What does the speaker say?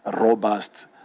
robust